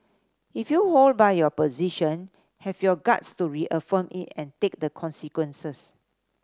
if you hold by your position have your guts to reaffirm it and take the consequences